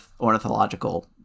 ornithological